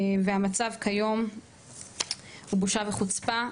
והמצב כיום הוא בושה וחוצפה.